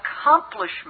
accomplishment